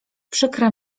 przykra